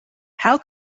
how